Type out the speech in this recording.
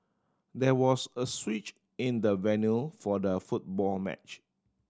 there was a switch in the venue for the football match